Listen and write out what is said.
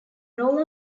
role